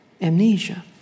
amnesia